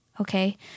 Okay